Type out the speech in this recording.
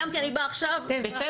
סיימתי, אני באה עכשיו כאזרחית.